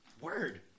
Word